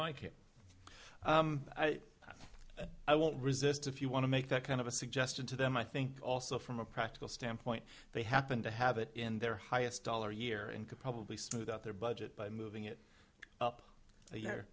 like it i won't resist if you want to make that kind of a suggestion to them i think also from a practical standpoint they happened to have it in their highest dollar a year and could probably smooth out their budget by moving it up a yea